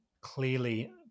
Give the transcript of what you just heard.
clearly